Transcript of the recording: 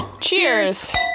Cheers